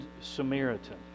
Samaritan